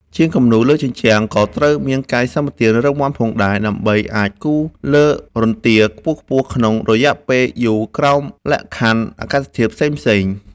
ជាងគំនូរលើជញ្ជាំងក៏ត្រូវមានកាយសម្បទារឹងមាំផងដែរ ដើម្បីអាចឈរគូរលើរន្ទាខ្ពស់ៗក្នុងរយៈពេលយូរក្រោមលក្ខខណ្ឌអាកាសធាតុផ្សេងៗ។